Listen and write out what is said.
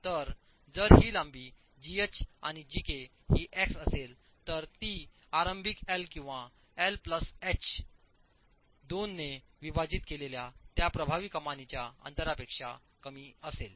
तर जर ही लांबी जीएच आणि जेके ही एक्स असेल तर ती आरंभिक एल किंवा एल एच आंतरमजली उंची 2 ने विभाजित केलेल्या त्या प्रभावी कमानीच्या अंतरापेक्षा कमी असेल